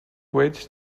wait